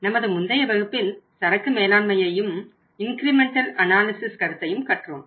நமது முந்தைய வகுப்பில் சரக்கு மேலாண்மையையும் இன்கிரிமெண்ட் அனாலிசிஸ் கருத்தையும் கற்றோம்